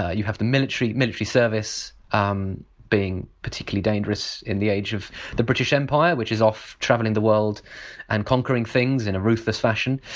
ah you have military military service um being particularly dangerous in the age of the british empire, which is off travelling the world and conquering things in a ruthless fashion.